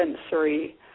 sensory